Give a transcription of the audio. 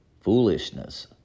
foolishness